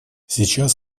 сейчас